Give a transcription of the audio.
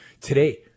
today